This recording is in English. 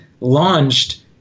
launched